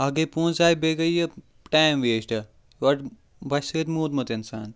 اَکھ گٔے پونٛسہٕ ضایع بیٚیہِ گٔے یہِ ٹایم ویسٹ یورٕ بۄچھٕ سۭتۍ موٗدمُت اِنسان